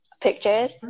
pictures